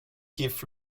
tief